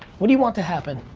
what do you want to happen?